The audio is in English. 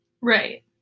Right